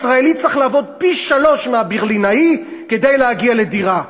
ישראלי צריך לעבוד פי-שלושה מהברלינאי כדי להגיע לדירה.